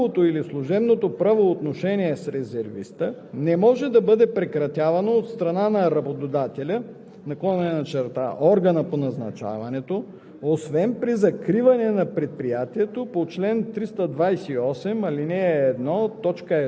и 3 от Закона за съдебната власт. (2) По време на изпълнението на срочната служба в доброволния резерв трудовото или служебното правоотношение с резервиста не може да бъде прекратявано от страна на работодателя/органа